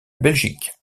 belgique